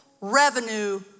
revenue